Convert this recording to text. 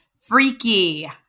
Freaky